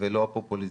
ולא הפופוליזם.